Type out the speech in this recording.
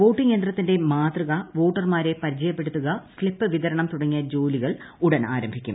voting യന്ത്രത്തിന്റെ മാതൃക വോട്ടർമാരെ പരിചയപ്പെടുത്തുക സ്ലിപ്പ് വിതരണം തുടങ്ങിയ ജോലികൾ ഉടൻ ആരംഭിക്കും